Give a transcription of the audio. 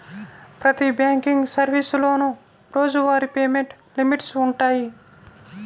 ప్రతి బ్యాంకింగ్ సర్వీసులోనూ రోజువారీ పేమెంట్ లిమిట్స్ వుంటయ్యి